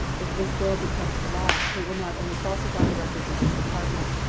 if this bill becomes a law, it will not only falsify the records of this department,